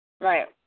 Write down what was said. Right